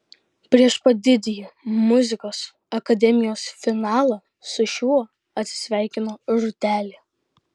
prieš pat didįjį muzikos akademijos finalą su šou atsisveikino rūtelė